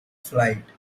flight